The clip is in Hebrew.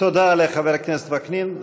תודה לחבר הכנסת וקנין.